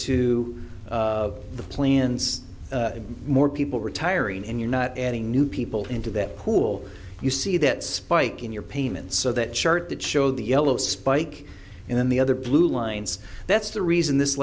to the plan's more people retiring and you're not adding new people into that pool you see that spike in your payments so that chart that showed the yellow spike in the other blue lines that's the reason this